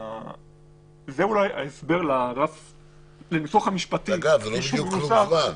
זה ההסבר לניסוח המשפטי --- זה לא בדיוק כלום זמן.